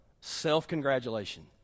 Self-congratulation